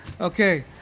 Okay